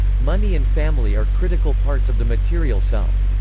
money and family are critical parts of the material self.